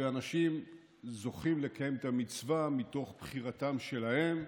ואנשים זוכים לקיים את המצווה מתוך בחירתם שלהם.